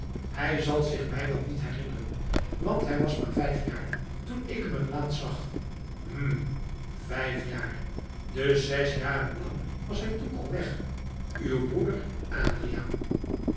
hij zal zich mij wel niet herinneren want hij was maar vijf jaar toen ik hem het laatst zag hm vijf jaar dus zes jaren lang was hij toen al weg uw broeder adriaan